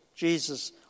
Jesus